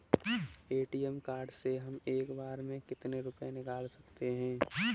ATM card से हम एक बार में कितने रुपये निकाल सकते हैं?